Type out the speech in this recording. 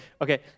Okay